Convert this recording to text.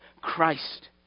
Christ